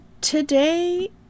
Today